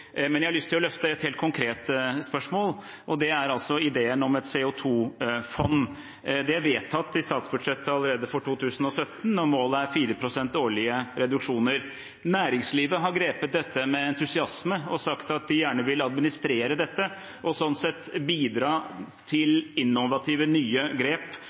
Men jeg har lyst til å løfte fram et helt konkret spørsmål, og det gjelder altså ideen om et CO 2 -fond. Det ble vedtatt allerede i statsbudsjettet for 2017, og målet er 4 pst. i årlige reduksjoner. Næringslivet har grepet dette med entusiasme og sagt at de gjerne vil administrere dette, og sånn sett bidra til innovative, nye grep